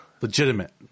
Legitimate